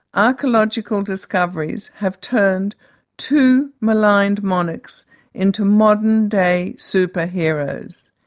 archaeological discoveries have turned two maligned monarchs into modern-day super-heroes.